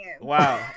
Wow